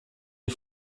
die